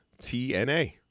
TNA